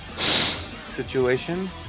situation